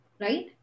Right